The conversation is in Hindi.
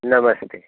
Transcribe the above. नमस्ते